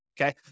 okay